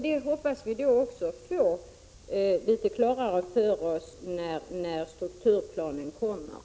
Vi hoppas få detta klarlagt när strukturplanen läggs fram.